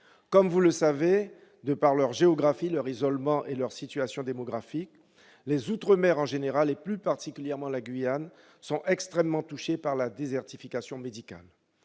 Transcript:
Comme vous le savez, de par leur géographie, leur isolement et leur situation démographique, les outre-mer en général, et plus particulièrement la Guyane, sont extrêmement touchés par la désertification médicale.